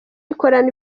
ikora